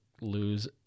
lose